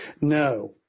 No